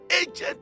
agent